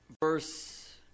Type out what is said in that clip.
verse